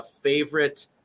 favorite